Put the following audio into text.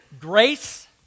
grace